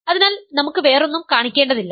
അതിനാൽ നമുക്ക് വേറൊന്നും കാണിക്കേണ്ടതില്ല